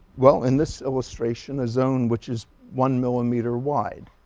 well in this illustration, a zone which is one millimeter wide.